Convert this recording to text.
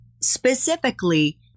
specifically